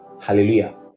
Hallelujah